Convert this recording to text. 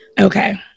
okay